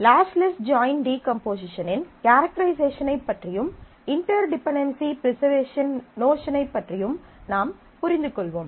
lossless join டீகம்போசிஷனின் கேரக்டரைசேஷனைப் பற்றியும் இன்டெர் டிபென்டென்சி ப்ரிஸர்வேஷன் நோஷனைப் பற்றியும் நாம் புரிந்துகொள்வோம்